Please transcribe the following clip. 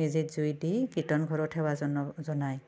মেজিত জুই দি কীৰ্তনঘৰত সেৱা জনো জনায়